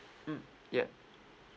mm yup